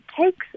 takes